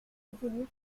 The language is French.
évoluait